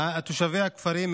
לתושבי הכפרים,